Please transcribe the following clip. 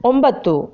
ಒಂಬತ್ತು